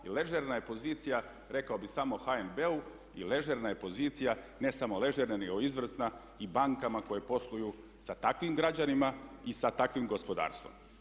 I ležerna je pozicija rekao bih samo HNB-u i ležerna je pozicija, ne samo ležerna nego i izvrsna i bankama koje posluju sa takvim građanima i sa takvim gospodarstvom.